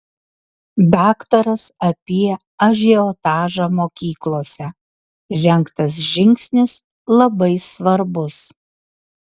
daktaras apie ažiotažą mokyklose žengtas žingsnis labai svarbus